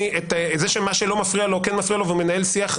זה מה שכן מפריע לו או לא מפריע לו והוא מנהל שיח,